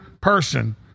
person